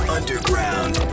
Underground